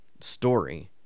story